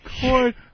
court